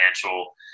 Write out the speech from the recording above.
financial